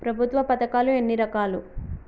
ప్రభుత్వ పథకాలు ఎన్ని రకాలు?